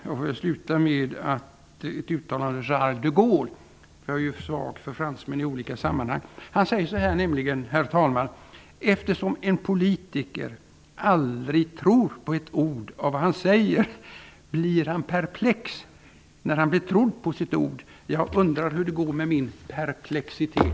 Jag vill sluta mitt anförande med ett uttalande av Charles de Gaulle -- jag är ju svag för fransmän i olika sammanhang. Han sade nämligen så här: Eftersom en politiker aldrig tror på ett ord av vad han säger, blir han perplex när han blir trodd på sitt ord. Jag undrar hur det går med min perplexitet!